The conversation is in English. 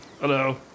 Hello